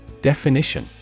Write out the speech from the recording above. Definition